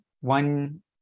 one